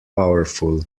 powerful